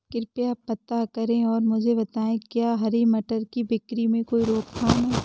कृपया पता करें और मुझे बताएं कि क्या हरी मटर की बिक्री में कोई रोकथाम है?